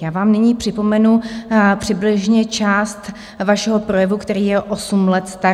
Já vám nyní připomenu přibližně část vašeho projevu, který je osm let starý: